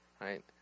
right